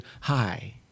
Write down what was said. hi